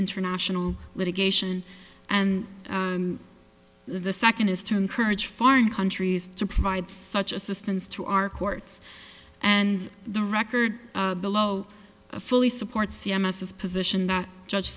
international litigation and the second is to encourage foreign countries to provide such assistance to our courts and the record below fully support c m s is a position that judge